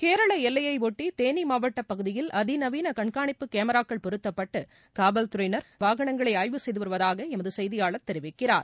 கேரள எல்லையையாட்டி தேனி மாவட்டப் பகுதியில் அதிநவீன கண்காணிப்பு கேமராக்கள் பொருத்தப்பட்டு காவல்துறையின் வாகனங்களை ஆய்வு செய்து வருவதாக எமது செய்தியாளர் தெரிவிக்கிறார்